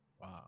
wow